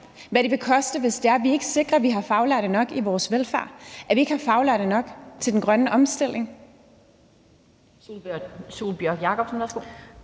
hvad det vil koste, hvis vi ikke sikrer, at vi har faglærte nok i vores velfærd, og at vi har faglærte nok til den grønne omstilling? Kl. 11:47 Den